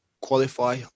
qualify